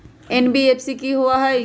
NBFC कि होअ हई?